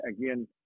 again